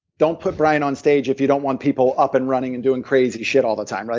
don't put brian onstage if you don't want people up and running and doing crazy shit all the time.